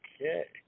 Okay